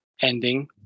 ending